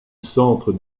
centre